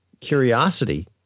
curiosity